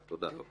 תודה.